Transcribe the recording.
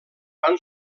van